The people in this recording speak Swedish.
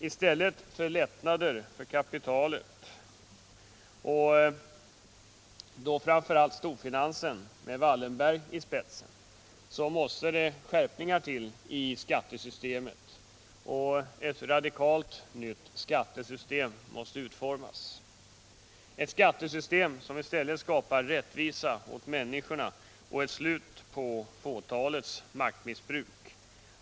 I stället för lättnader för kapitalet, och då framför allt storfinansen med huset Wallenberg i spetsen, måste skärpningar till i skattesystemet och ett radikalt nytt skattesystem utformas — ett skattesystem som i stället skapar rättvisa åt människorna och ett slut på fåtalets maktmissbruk.